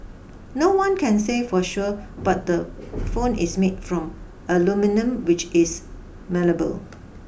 no one can say for sure but the phone is made from aluminium which is malleable